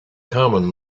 common